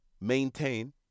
maintain